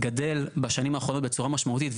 גדל בשנים האחרונות בצורה משמעותית.